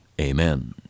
Amen